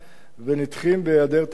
ונדחים בהיעדר תקציב,